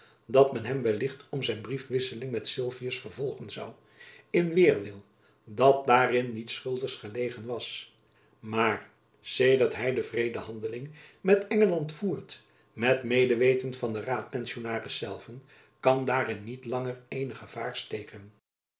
dat men hem wellicht om zijn briefwisseling met sylvius vervolgen zoû in weêrwil dat daarin niets schuldigs gelegen was maar sedert hy de vredehandeling met engeland voert met medeweten van den raadpensionaris zelven kan daarin niet langer eenig gevaar steken